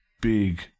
big